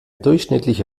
durchschnittliche